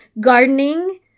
Gardening